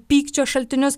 pykčio šaltinius